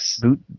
boot